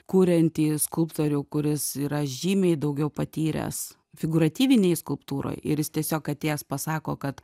kuriantį skulptorių kuris yra žymiai daugiau patyręs figūratyvinėj skulptūroj ir jis tiesiog atėjęs pasako kad